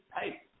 hey